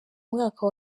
mwaka